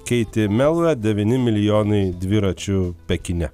keiti melua devyni milijonai dviračių pekine